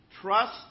trust